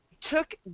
took